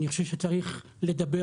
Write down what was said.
אני חושב שצריך לדבר,